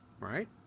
right